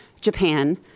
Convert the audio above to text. Japan